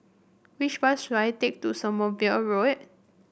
which bus should I take to Sommerville Road